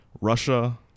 Russia